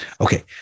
Okay